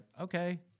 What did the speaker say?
okay